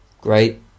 Great